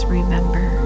remember